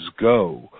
go